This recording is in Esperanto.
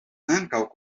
ankaŭ